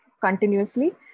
continuously